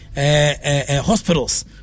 hospitals